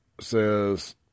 says